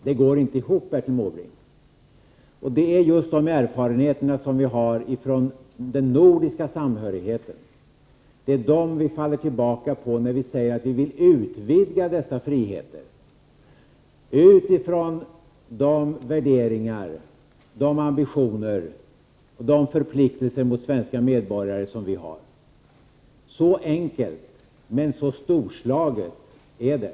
Det går inte ihop, Bertil Måbrink. Det är just de erfarenheter som vi har av den nordiska samhörigheten som vi faller tillbaka på när vi vill utvidga dessa friheter utifrån de värderingar, de ambitioner och de förpliktelser mot svenska medborgare som vi har. Så enkelt men också så storslaget är det.